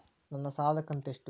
ನನ್ನ ಸಾಲದು ಕಂತ್ಯಷ್ಟು?